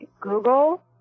Google